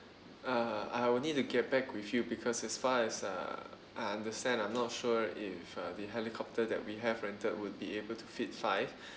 uh I will need to get back with you because as far as uh I understand I'm not sure if uh the helicopter that we have rented would be able to fit five